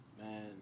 man